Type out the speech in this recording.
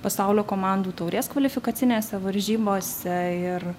pasaulio komandų taurės kvalifikacinėse varžybose ir